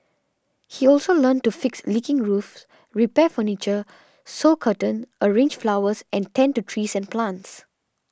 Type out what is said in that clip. he also learnt to fix leaking roofs repair furniture sew curtains arrange flowers and tend to trees and plants